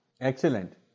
Excellent